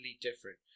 different